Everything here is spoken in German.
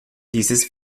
dieses